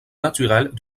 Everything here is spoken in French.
naturelle